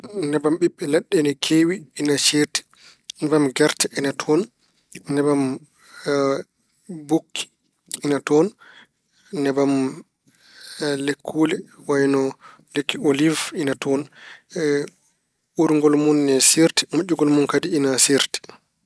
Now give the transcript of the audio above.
Nebam ɓiɓɓe leɗɗe ina keewi, ina ceerti. Nebam gerte ina toon. Nebam boki ina toon. Nebam lekkuule wayno lekki oliiw ina toon. uurgol mun ina seerti, moƴƴugol mun kadi ina seerti.